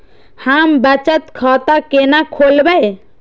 हम बचत खाता केना खोलैब?